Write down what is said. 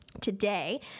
Today